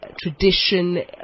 tradition